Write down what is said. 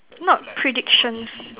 not predictions